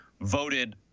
voted